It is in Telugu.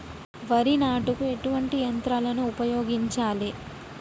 వరి నాటుకు ఎటువంటి యంత్రాలను ఉపయోగించాలే?